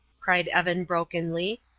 cried evan, brokenly.